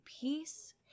peace